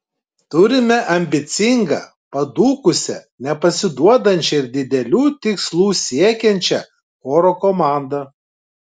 turime ambicingą padūkusią nepasiduodančią ir didelių tikslų siekiančią choro komandą